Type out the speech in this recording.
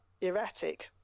erratic